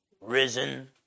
risen